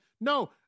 No